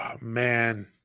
Man